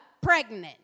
pregnant